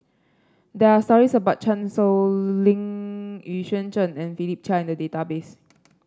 there are stories about Chan Sow Lin Xu Yuan Zhen and Philip Chia in the database